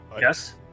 yes